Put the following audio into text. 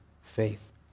faith